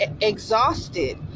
exhausted